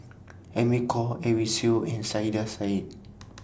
Amy Khor Edwin Siew and Saiedah Said